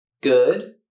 Good